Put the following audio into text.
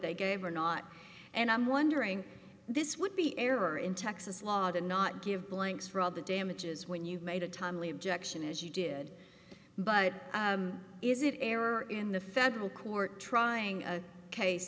they gave or not and i'm wondering this would be error in texas law to not give blanks for all the damages when you made a timely objection as you did but is it an error in the federal court trying a case